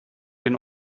den